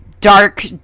dark